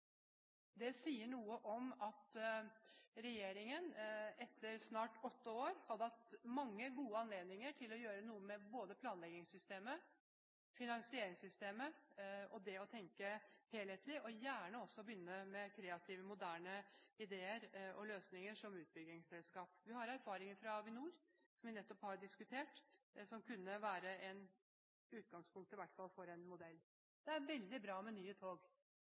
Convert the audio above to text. Det sier noe om at regjeringen etter snart åtte år har hatt mange gode anledninger til å gjøre noe med planleggingssystemet, finansieringssystemet og det å tenke helhetlig og gjerne begynne med kreative, moderne idéer og løsninger som utbyggingsselskap. Vi har erfaringer fra Avinor, som vi nettopp har diskutert, som kunne være et utgangspunkt for en modell. Det er veldig bra med nye tog